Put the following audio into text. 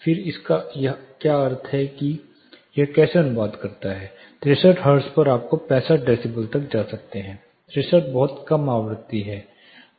फिर इसका क्या अर्थ है कि यह कैसे अनुवाद करता है 63 हर्ट्ज पर आप 65 डेसिबल तक जा सकते हैं 63 बहुत कम आवृत्ति है